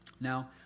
now